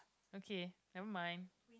okay never mind